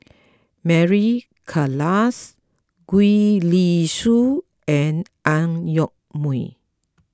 Mary Klass Gwee Li Sui and Ang Yoke Mooi